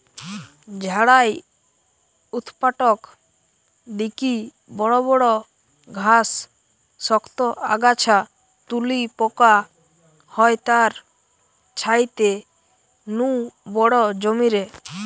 ঝাড়াই উৎপাটক দিকি বড় বড় ঘাস, শক্ত আগাছা তুলি পোকা হয় তার ছাইতে নু বড় জমিরে